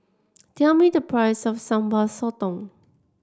tell me the price of Sambal Sotong